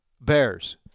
Bears